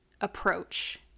approach